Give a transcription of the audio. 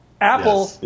Apple